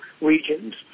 regions